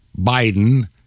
Biden